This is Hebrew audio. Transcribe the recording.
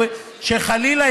חלילה,